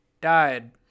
died